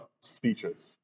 speeches